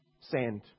sand